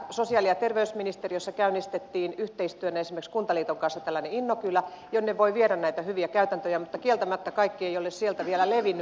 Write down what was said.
sosiaali ja terveysministeriössä käynnistettiin yhteistyönä esimerkiksi kuntaliiton kanssa tällainen innokylä jonne voi viedä näitä hyviä käytäntöjä mutta kieltämättä kaikki ei ole sieltä vielä levinnyt